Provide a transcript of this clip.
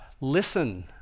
Listen